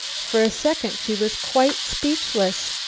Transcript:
for a second she was quite speechless.